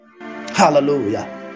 Hallelujah